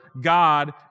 God